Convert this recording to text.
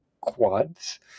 quads